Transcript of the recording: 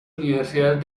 universidades